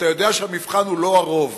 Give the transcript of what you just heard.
אתה יודע שהמבחן הוא לא הרוב,